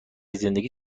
زندگی